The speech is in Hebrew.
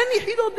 אין יחידות דיור.